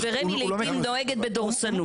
ורמ"י לעיתים נוהגת בדורסנות.